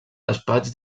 despatx